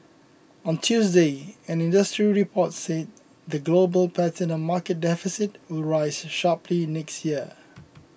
on Tuesday an industry report said the global platinum market deficit will rise sharply next year